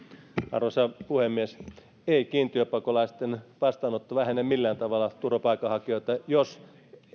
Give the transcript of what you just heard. arvoisa puhemies ei kiintiöpakolaisten vastaanotto vähennä millään tavalla turvapaikanhakijoita jos